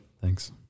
Thanks